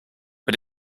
but